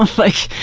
ah like,